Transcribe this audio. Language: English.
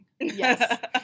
Yes